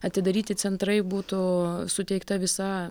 atidaryti centrai būtų suteikta visa